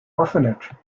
orphanage